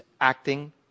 acting